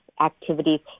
activities